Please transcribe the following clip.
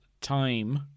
Time